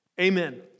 Amen